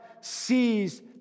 sees